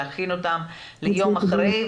להכין אותם ליום שאחרי,